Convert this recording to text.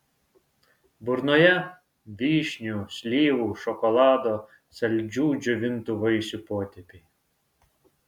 burnoje vyšnių slyvų šokolado saldžių džiovintų vaisių potėpiai